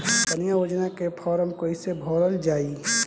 कन्या योजना के फारम् कैसे भरल जाई?